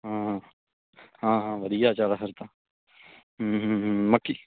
ਹੂੰ ਹੂੰ ਹਾਂ ਹਾਂ ਵਧੀਆ ਚੱਲ ਫਿਰ ਤਾਂ ਹੂੰ ਹੂੰ ਹੂੰ ਮੱਕੀ